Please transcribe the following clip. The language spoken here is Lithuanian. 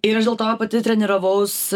ir aš dėlto pati treniravausi